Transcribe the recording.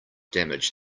damage